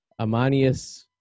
Amanius